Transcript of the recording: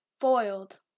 Foiled